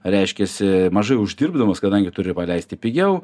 reiškiasi mažai uždirbdamas kadangi turi paleisti pigiau